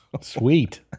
Sweet